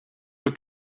were